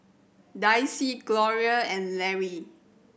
Dicie Gloria and Lary